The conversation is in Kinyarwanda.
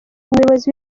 umuyobozi